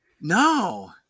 No